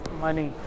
money